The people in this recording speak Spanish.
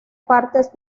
partes